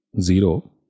Zero